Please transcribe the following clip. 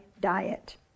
diet